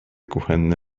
kuchenne